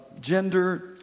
gender